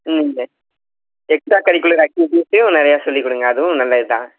ம் எ extra curricular ஆக்டிவிட்டிஸையும் நிறையா சொல்லிக்கொடுங்க அதுவும் நல்லது தான்